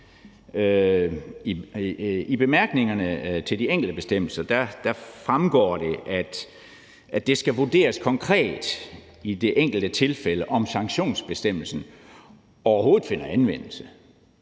I bemærkningerne til de enkelte bestemmelser fremgår det, at det skal vurderes konkret i det enkelte tilfælde, om sanktionsbestemmelsen overhovedet finder anvendelse.